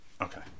Okay